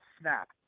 snap